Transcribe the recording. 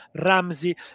Ramsey